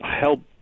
help